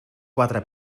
quatre